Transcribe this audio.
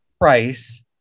price